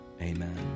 Amen